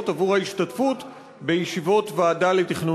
1 לא אושרה.